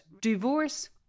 divorce